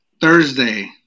Thursday